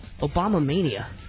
Obama-mania